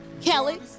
Kelly